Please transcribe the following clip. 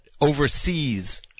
oversees